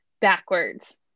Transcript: backwards